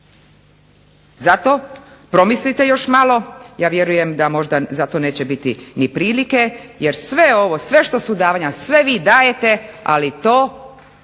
Zato, promislite još malo, ja vjerujem da zato možda neće biti prilike, sve što su davanja, sve vi dajete, ali to